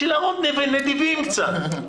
בשביל להיות נדיבים קצת.